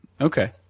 Okay